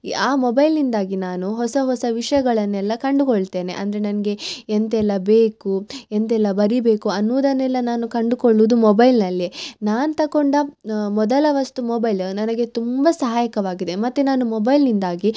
ಆ ಮೊಬೈಲ್ನಿಂದಾಗಿ ನಾನು ಹೊಸ ಹೊಸ ವಿಷಯಗಳನ್ನೆಲ್ಲ ಕಂಡುಕೊಳ್ತೇನೆ ಅಂದರೆ ನನಗೆ ಎಂತೆಲ್ಲ ಬೇಕು ಎಂತೆಲ್ಲ ಬರೀಬೇಕು ಅನ್ನೋದನ್ನೆಲ್ಲ ನಾನು ಕಂಡುಕೊಳ್ಳೋದು ಮೊಬೈಲ್ನಲ್ಲೇ ನಾನು ತಗೊಂಡ ಮೊದಲ ವಸ್ತು ಮೊಬೈಲ ನನಗೆ ತುಂಬ ಸಹಾಯಕವಾಗಿದೆ ಮತ್ತು ನಾನು ಮೊಬೈಲ್ನಿಂದಾಗಿ